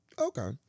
Okay